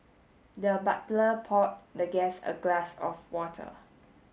the butler poured the guest a glass of water